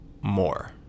more